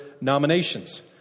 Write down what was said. nominations